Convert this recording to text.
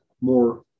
more